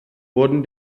wurden